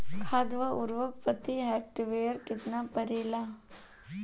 खाद व उर्वरक प्रति हेक्टेयर केतना परेला?